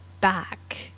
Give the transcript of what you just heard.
back